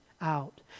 out